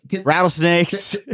rattlesnakes